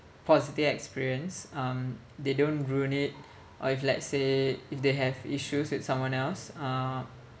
positive experience um they don't ruin it or if let's say if they have issues with someone else uh